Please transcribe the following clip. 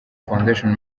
foundation